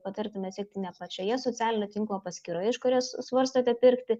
patartume sekti ne pačioje socialinio tinklo paskyroje iš kurios svarstote pirkti